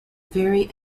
very